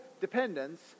dependence